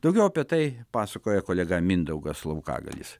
daugiau apie tai pasakoja kolega mindaugas laukagaliais